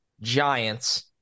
giants